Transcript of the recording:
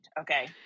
Okay